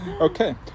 Okay